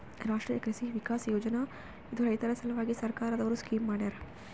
ರಾಷ್ಟ್ರೀಯ ಕೃಷಿ ವಿಕಾಸ್ ಯೋಜನಾ ಇದು ರೈತರ ಸಲ್ವಾಗಿ ಸರ್ಕಾರ್ ದವ್ರು ಸ್ಕೀಮ್ ಮಾಡ್ಯಾರ